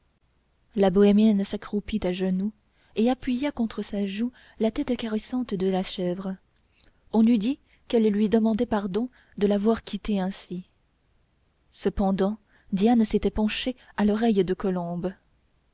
la bohémienne s'accroupit à genoux et appuya contre sa joue la tête caressante de la chèvre on eût dit qu'elle lui demandait pardon de l'avoir quittée ainsi cependant diane s'était penchée à l'oreille de colombe